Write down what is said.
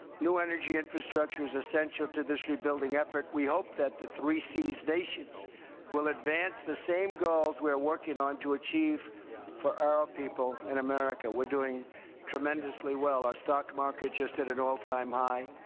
new energy infrastructure is essential to this rebuilding effort. we hope that the three seas nations will advance the same goals we are working on to achieve for our people in america. we're doing tremendously well. our stock market just hit an all-time high.